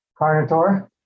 Carnotaur